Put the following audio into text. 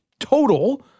total